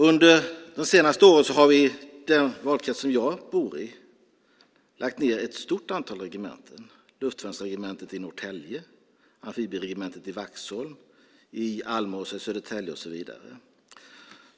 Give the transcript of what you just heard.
Under det senaste året har vi i den valkrets där jag bor lagt ned ett stort antal regementen, till exempel luftvärnsregementet i Norrtälje, amfibieregementet i Vaxholm samt Almåsa, Södertälje.